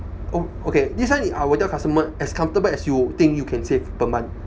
ok~ okay this one I will tell customers as comfortable as you think you can save per month